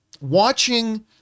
watching